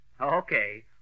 Okay